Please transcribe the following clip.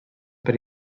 per